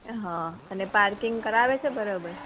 હ અને પાર્કિંગ કરાવે છે બરોબર